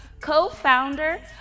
co-founder